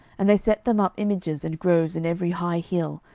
and they set them up images and groves in every high hill,